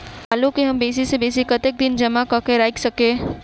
आलु केँ हम बेसी सऽ बेसी कतेक दिन जमा कऽ क राइख सकय